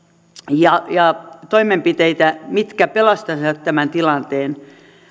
ja ja toimenpiteitä mitkä pelastaisivat tämän tilanteen